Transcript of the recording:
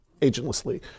agentlessly